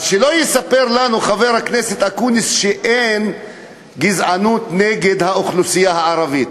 אז שלא יספר לנו חבר הכנסת אקוניס שאין גזענות נגד האוכלוסייה הערבית.